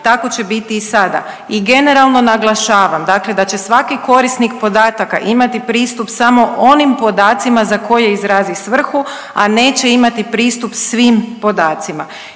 tako će biti i sada. I generalno naglašavam da će svaki korisnik podataka imati pristup samo onim podacima za koje izrazi svrhu, a neće imati pristup svim podacima.